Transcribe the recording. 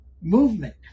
movement